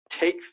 take